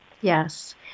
Yes